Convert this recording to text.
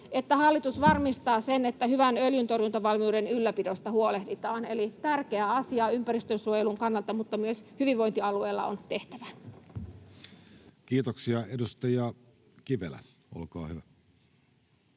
hallitus varmistaa sen, että hyvän öljyntorjuntavalmiuden ylläpidosta huolehditaan”. Eli tämä on tärkeä asia ympäristönsuojelun kannalta, mutta myös hyvinvointialueilla on tehtävää. [Speech 6] Speaker: Jussi Halla-aho